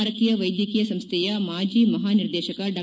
ಭಾರತೀಯ ವೈದ್ಯಕೀಯ ಸಂಸ್ಥೆಯ ಮಾಜಿ ಮಹಾನಿರ್ದೇಶಕ ಡಾ